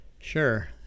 Sure